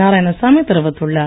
நாராயணசாமி தெரிவித்துள்ளார்